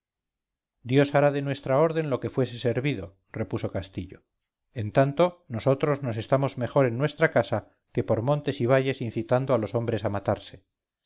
dios hará de nuestra orden lo que fuese servido repuso castillo en tanto nosotros nos estamos mejor en nuestra casa que por montes y valles incitando a los hombres a matarse